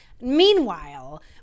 Meanwhile